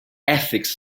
ethics